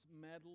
medal